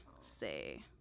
say